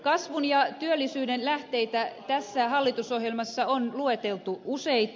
kasvun ja työllisyyden lähteitä tässä hallitusohjelmassa on lueteltu useita